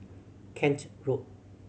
Kent Road